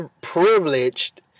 privileged